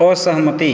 असहमति